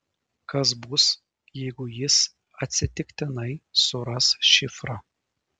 kas bus jeigu jis atsitiktinai suras šifrą